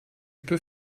peux